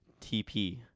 TP